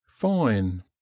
Fine